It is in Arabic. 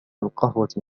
القهوة